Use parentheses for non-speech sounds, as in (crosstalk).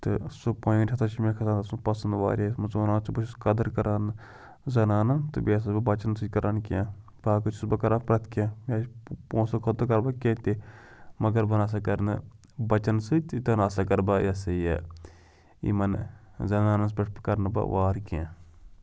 تہٕ سُہ پویِنٛٹ ہَسا چھُ مےٚ کھَسان سُہ پَسَنٛد واریاہ یَتھ منٛز وَنان چھِ بہٕ چھُس قدٕر کَران زَنانَن تہٕ بیٚیہِ ہَسا چھُس بہٕ بَچَن سۭتۍ کَران کینٛہہ باقٕے چھُس بہٕ کَران پرٛٮ۪تھ کینٛہہ مےٚ (unintelligible) پونٛسہٕ خٲطرٕ کَرٕ بہٕ کینٛہہ تہِ مگر بہٕ نَسا کَرنہٕ بَچَن سۭتۍ تہِ تہِ نہ سا کَرٕ بہٕ یہِ ہَسا یہِ یِمَن زَنانَس پٮ۪ٹھ کَرنہٕ بہٕ وار کینٛہہ